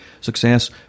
success